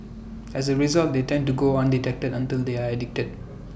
as A result they tend to go undetected until they are addicted